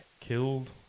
Killed